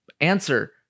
answer